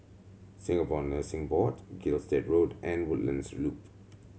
Singapore Nursing Board Gilstead Road and Woodlands Loop